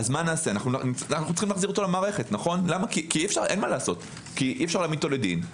אנו צריכים להחזירו למערכת כי אי אפשר להעמידו לדין,